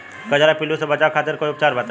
कजरा पिल्लू से बचाव खातिर कोई उपचार बताई?